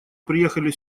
приехали